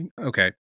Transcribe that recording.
okay